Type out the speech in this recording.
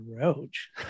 Roach